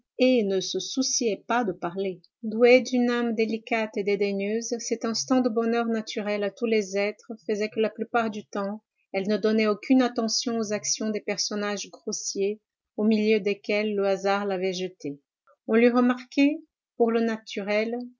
et ne se souciait pas de parler douée d'une âme délicate et dédaigneuse cet instinct de bonheur naturel à tous les êtres faisait que la plupart du temps elle ne donnait aucune attention aux actions des personnages grossiers au milieu desquels le hasard l'avait jetée on l'eût remarquée pour le naturel